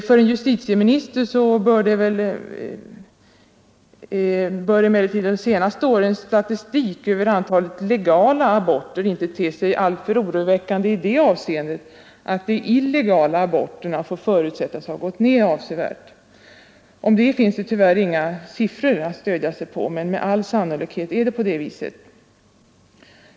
För en justitieminister bör emellertid de senaste årens statistik över antalet legala aborter inte te sig alltför oroväckande ur den synpunkten att de illegala aborterna får förutsättas ha gått ned avsevärt. Om detta finns det tyvärr inga siffror att stödja sig på, men med all sannolikhet förhåller det sig på det sättet.